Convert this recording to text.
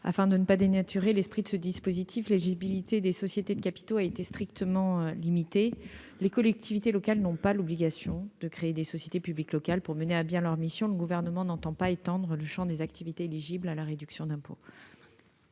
Afin de ne pas dénaturer l'esprit de ce dispositif, l'éligibilité des sociétés de capitaux a été strictement limitée. Les collectivités locales n'ont pas l'obligation de créer des sociétés publiques locales pour mener à bien leurs missions. Le Gouvernement n'entend pas étendre le champ des activités éligibles à la réduction d'impôt.